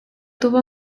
tuvo